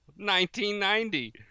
1990